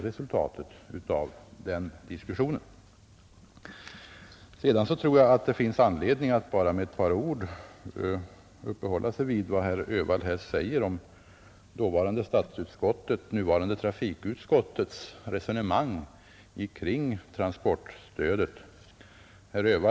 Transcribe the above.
Jag tror att det finns anledning att med några ord uppehålla sig vid vad herr Öhvall säger om dåvarande statsutskottets och nuvarande trafikutskottets resonemang kring transportstödet.